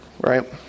Right